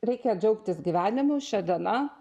reikia džiaugtis gyvenimu šia diena